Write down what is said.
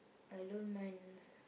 I don't mind